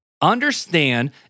understand